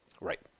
Right